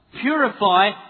Purify